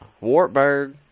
Wartburg